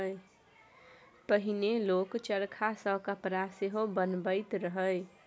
पहिने लोक चरखा सँ कपड़ा सेहो बनाबैत रहय